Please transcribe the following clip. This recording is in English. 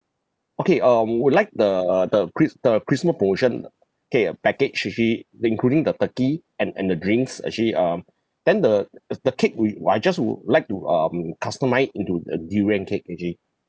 okay um would like the the chris christmas promotion ah okay uh package actually the including the turkey and and the drinks actually um then the the the cake we I just would like to um customise it into a durian cake actually